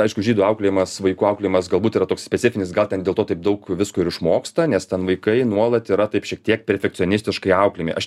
aišku žydų auklėjimas vaikų auklėjimas galbūt yra toks specifinis gal ten dėl to taip daug visko ir išmoksta nes ten vaikai nuolat yra taip šiek tiek perfekcionistiškai auklėjami aš